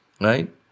Right